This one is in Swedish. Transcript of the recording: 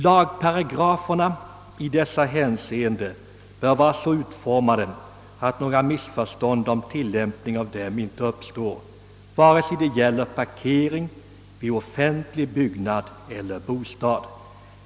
Lagparagraferna bör i dessa hänseenden vara så utformade att några missförstånd om tillämpningen inte kan uppstå, oavsett om det gäller parkering vid offentlig byggnad eller vid bostad.